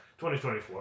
2024